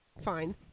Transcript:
fine